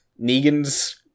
Negan's